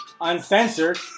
Uncensored